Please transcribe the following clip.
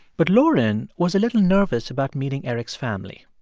but lauren was a little nervous about meeting eric's family.